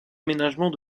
aménagement